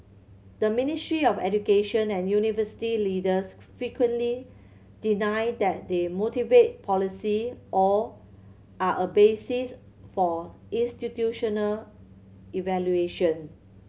the Ministry of Education and university leaders frequently deny that they motivate policy or are a basis for institutional evaluation